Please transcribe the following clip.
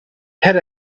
had